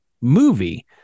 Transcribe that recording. movie